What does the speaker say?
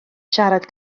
siarad